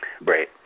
Right